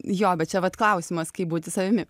jo bet čia vat klausimas kaip būti savimi